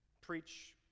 preach